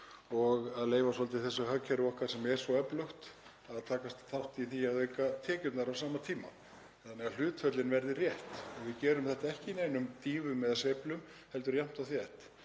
og leyfa svolítið þessu hagkerfi okkar sem er svo öflugt að taka þátt í því að auka tekjurnar á sama tíma þannig að hlutföllin verði rétt og við gerum þetta ekki í neinum dýfum eða sveiflum heldur jafnt og þétt.